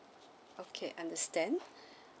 okay understand